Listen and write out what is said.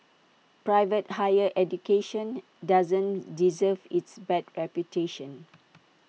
private higher education doesn't deserve its bad reputation